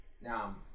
Now